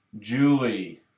Julie